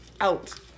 out